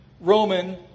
Roman